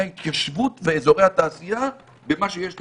ההתיישבות ואזורי התעשייה במה שיש להם.